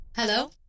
Hello